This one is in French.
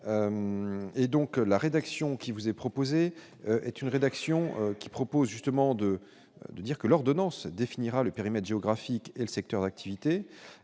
et donc la rédaction qui vous est proposé est une rédaction qui propose justement de de dire que l'ordonnance définira le périmètre géographique et le secteur d'activité,